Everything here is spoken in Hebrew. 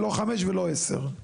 לא 5,000 ולא 10 אלפים,